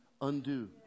undo